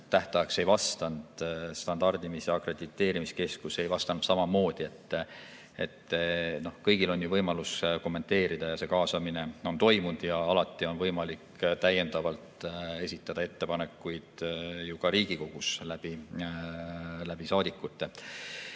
tähtajaks ei vastanud. Standardimis‑ ja akrediteerimiskeskus ei vastanud samamoodi. Kõigil on võimalus kommenteerida, kaasamine on toimunud, ja alati on võimalik täiendavalt esitada ettepanekuid ju ka Riigikogu saadikute